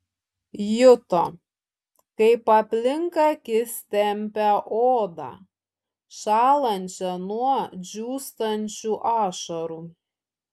juto kaip aplink akis tempia odą šąlančią nuo džiūstančių ašarų